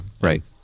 Right